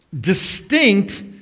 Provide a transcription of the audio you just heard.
distinct